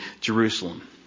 Jerusalem